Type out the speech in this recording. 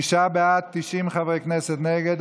תשעה בעד, 90 חברי כנסת נגד.